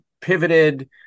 pivoted